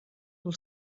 pel